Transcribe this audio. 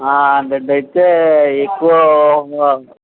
hundred అయితే ఎక్కువ